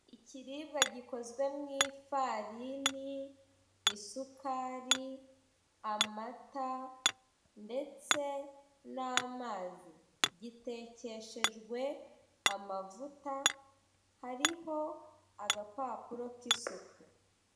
Ikiribwa gikozwe mu ifarini, isukari, amata, ndetse n'amazi. Gitekeshejwe amavuta, hariho agapapuro k'isuku.